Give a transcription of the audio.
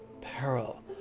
peril